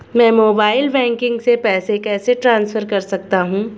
मैं mobile banking से पैसे कैसे ट्रांसफर कर सकता हूं?